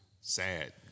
sad